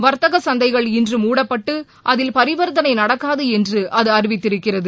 வர்த்தக சந்தைகள் இன்று மூடப்பட்டு அதில் பரிவர்த்தனை நடக்காது என்று அது அறிவித்திருக்கிறது